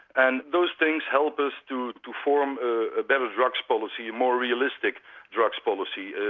and those things help us to to form a better drugs policy, a more realistic drugs policy,